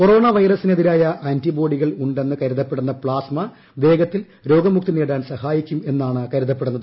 corona വൈറസിനെതിരായ ആന്റിബോഡികൾ ഉണ്ടെന്ന് കരുതപ്പെടുന്ന പ്പാസ്മ വേഗത്തിൽ രോഗമുക്തി നേടാൻ സഹായിക്കും എന്നാണ് കരുതപ്പെടുന്നത്